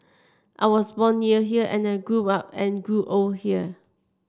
I was born near here and I grew up and grew old here